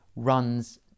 runs